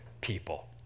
people